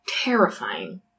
terrifying